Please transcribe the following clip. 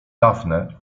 daphne